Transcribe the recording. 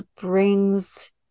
brings